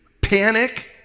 panic